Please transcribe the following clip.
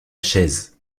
chaise